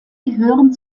gehören